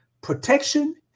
protection